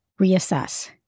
reassess